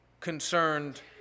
concerned